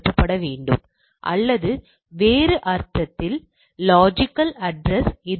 இப்போது கை வர்க்கப் பரவல் என்றால் என்ன